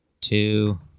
Two